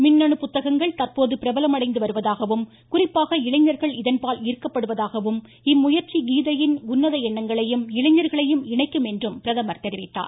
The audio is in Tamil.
மின்னணு புத்தகங்கள் தற்போது பிரபலமடைந்து வருவதாகவும் குறிப்பாக இளைஞர்கள் இதன்பால் ஈர்க்கப்படுவதாகவும் இம்முயந்சி கீதையின் உன்னத எண்ணங்களையும் இளைஞர்களையும் இணைக்கும் என்று அவர் தெரிவித்தார்